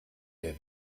der